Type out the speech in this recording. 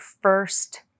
first